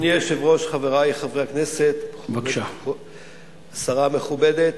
אדוני היושב-ראש, חברי חברי הכנסת, השרה המכובדת,